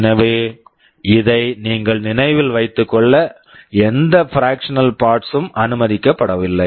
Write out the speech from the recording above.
எனவே இதை நீங்கள் நினைவில் வைத்துக் கொள்ள எந்த பிராக்க்ஷனல் பார்ட்ஸ் fractional parts ம் அனுமதிக்கப்படவில்லை